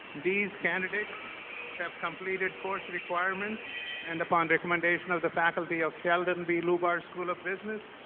these candidates have completed course requirements and upon recommendation of the faculty of sheldon b. lubar school of business,